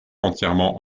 entièrement